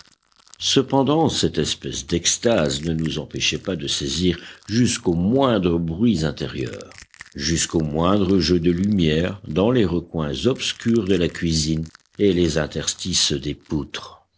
cependant cette espèce d'extase ne nous empêchait pas de saisir jusqu'aux moindres bruits intérieurs jusqu'aux moindres jeux de lumière dans les recoins obscurs de la cuisine et les interstices dés poutres